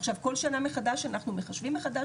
עכשיו כל שנה מחדש אנחנו מחשבים מחדש